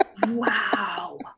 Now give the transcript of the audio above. wow